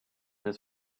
his